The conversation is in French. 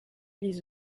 les